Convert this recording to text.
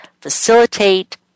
facilitate